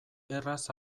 erraz